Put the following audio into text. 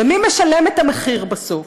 ומי משלם את המחיר בסוף?